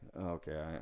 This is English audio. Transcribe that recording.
Okay